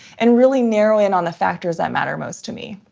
and really narrow in on the factors that matter most to me.